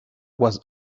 was